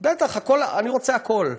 בטח, אני רוצה הכול.